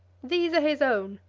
these are his own,